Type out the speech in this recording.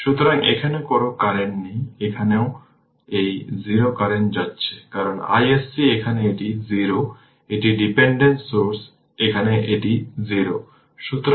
সুতরাং এখানে কোন কারেন্ট নেই এখানেও এটি 0 কারেন্ট যাচ্ছে কারণ iSC এখানে এটি 0 এটি ডিপেন্ডেন্ট সোর্স এখানে এটি 0